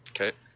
Okay